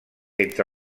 entre